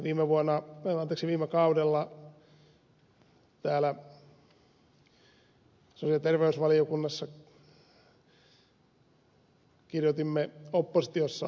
viime kaudella täällä sosiaali ja terveysvaliokunnassa kirjoitimme oppositiossa ollessamme ed